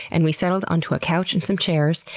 and we settled onto a couch and some chairs,